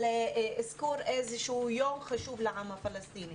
אזכור איזשהו יום חשוב לעם הפלסטיני,